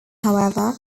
however